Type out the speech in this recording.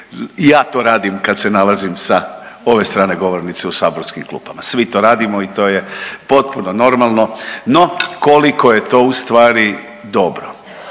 ja to radim kad se nalazim sa ove strane govornice u saborskim klupama. Svi to radimo i to je potpuno normalno. No, koliko je to u stvari dobro?